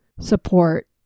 support